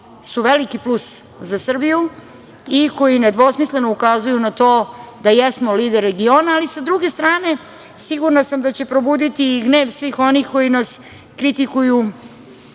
su veliki plus za Srbiju i koji nedvosmisleno ukazuju na to da jesmo lider regiona, ali sa druge strane, sigurna sam da će probuditi i gnev svih onih koji nas kritikuju,